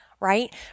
Right